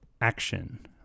action